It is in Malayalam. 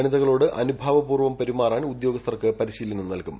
വനിതകളോട് അനുഭാവപൂർവ്വം പെരുമാറാൻ ഉദ്യോഗസ്ഥർക്ക് പരിശീലനം നൽകും